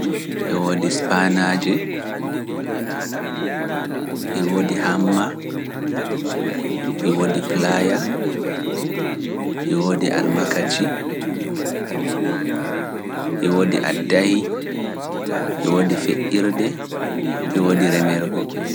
E woodi spanaje, e woodi hamma, e woodi plaaya, e woodi almakaci, e woodi addahi, e woodi feƴƴirde, e woodi remergo.